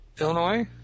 Illinois